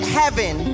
heaven